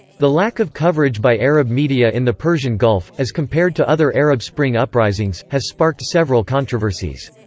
the lack of coverage by arab media in the persian gulf, as compared to other arab spring uprisings, has sparked several controversies.